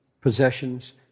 possessions